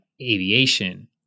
aviation